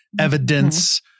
evidence